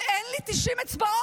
אבל אין לי 90 אצבעות.